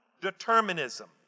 determinism